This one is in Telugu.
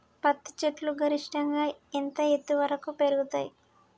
పత్తి చెట్లు గరిష్టంగా ఎంత ఎత్తు వరకు పెరుగుతయ్?